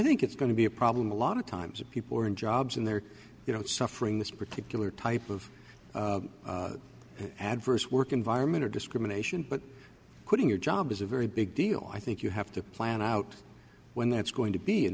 think it's going to be a problem a lot of times people are in jobs and they're you know suffering this particular type of adverse work environment or discrimination but quitting your job is a very big deal i think you have to plan out when that's going to be in